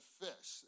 fish